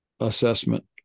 assessment